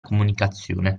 comunicazione